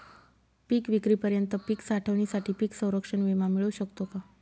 पिकविक्रीपर्यंत पीक साठवणीसाठी पीक संरक्षण विमा मिळू शकतो का?